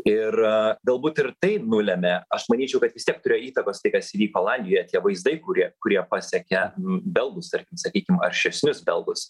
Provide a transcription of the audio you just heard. ir galbūt ir tai nulemia aš manyčiau kad vis tiek turėjo įtakos tai kas įvyko olandijoje tie vaizdai kurie kurie pasiekia belgus ir sakykim aršesnius belgus